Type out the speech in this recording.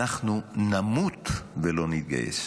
אנחנו נמות ולא נתגייס,